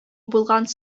булган